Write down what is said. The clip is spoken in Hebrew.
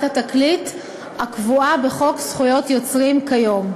התקליט הקבועה בחוק זכויות יוצרים כיום.